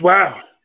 Wow